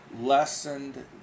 lessened